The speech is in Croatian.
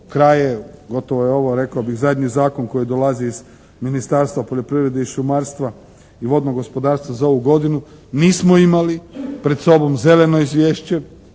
kraj je gotovo evo rekao bih zadnji zakon koji dolazi iz Ministarstva poljoprivrede i šumarstva i vodnog gospodarstva za ovu godinu. Nismo imali pred sobom zeleno izvješće